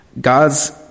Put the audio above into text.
God's